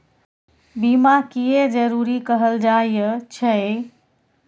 बीमा किये जरूरी कहल जाय छै?